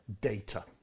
data